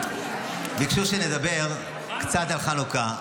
ביקשו שנדבר קצת על חנוכה.